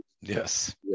Yes